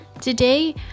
today